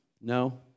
No